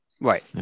Right